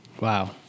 Wow